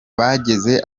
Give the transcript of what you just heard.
bageze